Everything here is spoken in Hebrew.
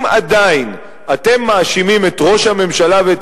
אם עדיין אתם מאשימים את ראש הממשלה ואת